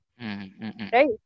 right